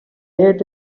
ate